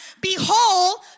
Behold